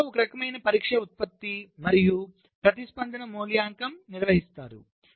కాబట్టి చిప్లో ఒక రకమైన పరీక్ష ఉత్పత్తి మరియు ప్రతిస్పందన మూల్యాంకనం నిర్వహిస్తారు